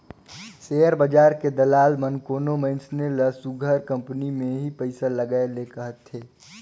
share बजार के दलाल मन कोनो मइनसे ल सुग्घर कंपनी में ही पइसा लगाए ले कहथें